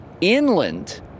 inland